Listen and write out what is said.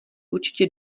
určitě